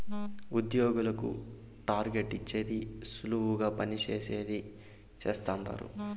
ఉద్యోగులకు టార్గెట్ ఇచ్చేది సులువుగా పని చేయించేది చేస్తండారు